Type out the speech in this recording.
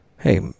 Hey